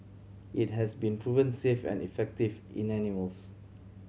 it has been proven safe and effective in animals